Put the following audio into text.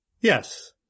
Yes